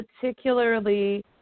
particularly